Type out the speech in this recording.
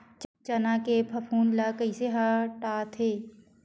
चना के फफूंद ल कइसे हटाथे?